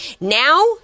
Now